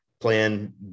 plan